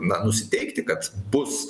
na nusiteikti kad bus